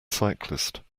cyclist